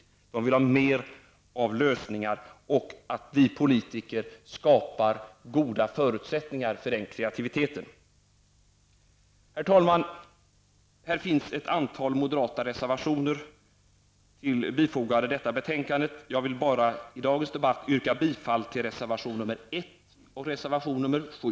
De vill ha mer av lösningar, och de vill att vi politiker skapar goda förutsättningar för kreativiteten. Herr talman! Det har till betänkandet fogats ett antal moderata reservationer. Jag yrkar i dag bifall till reservationerna nr 1 och 7.